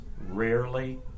rarely